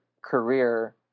career